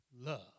love